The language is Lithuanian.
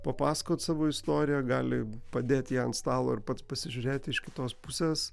papasakot savo istoriją gali padėti ją ant stalo ir pats pasižiūrėti iš kitos pusės